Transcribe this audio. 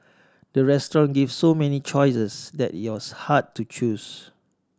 the restaurant gave so many choices that it was hard to choose